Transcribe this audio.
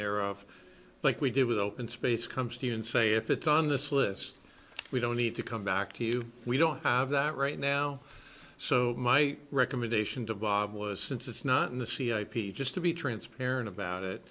thereof like we did with open space comes to you and say if it's on this list we don't need to come back to you we don't have that right now so my recommendation to bob was since it's not in the c i p just to be transparent about it